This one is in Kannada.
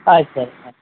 ಆಯ್ತು ಸರ್ ಆಯ್ತು